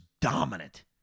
dominant